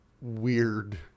weird